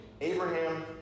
Abraham